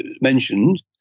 mentioned